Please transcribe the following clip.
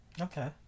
okay